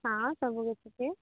ହଁ ସବୁ